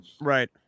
Right